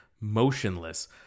motionless